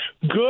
Good